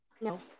no